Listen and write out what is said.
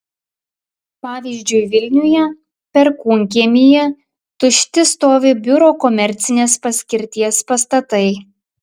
pavyzdžiui vilniuje perkūnkiemyje tušti stovi biuro komercinės paskirties pastatai